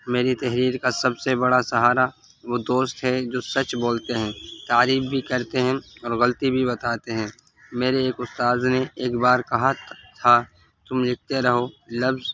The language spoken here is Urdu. میری تحریر کا سب سے بڑا سہارا وہ دوست ہے جو سچ بولتے ہیں تعریف بھی کرتے ہیں اور غلطی بھی بتاتے ہیں میرے ایک استاذ نے ایک بار کہا تھا تم لکھتے رہو لفظ